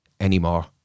anymore